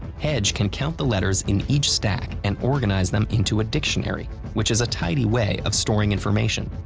hedge can count the letters in each stack and organize them into a dictionary, which is a tidy way of storing information.